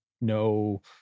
no